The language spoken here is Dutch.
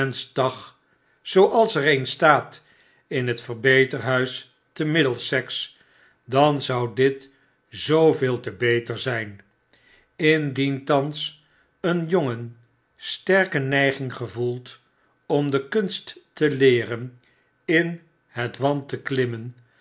zooals er een staat in het verbeterhuis te middlesex dan zou dit zooveel te beter zyn indien thans een jongen sterke neiginggevoelt om de kunst te leeren in het want te klimmen